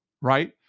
right